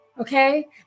okay